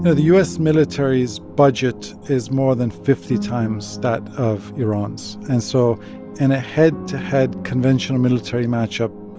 the u s. military's budget is more than fifty times that of iran's. and so in a head-to-head conventional military matchup,